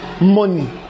money